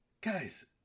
guys